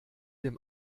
dem